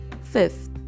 Fifth